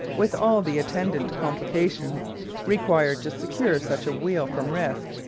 with all the attendant complications required to secure such a wheel from risk,